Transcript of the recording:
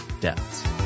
deaths